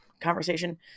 conversation